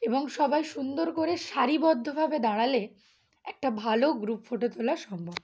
এবং সবাই সুন্দর করে শারিবদ্ধভাবে দাঁড়ালে একটা ভালো গ্রুপ ফটো তোলা সম্ভব